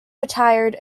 retired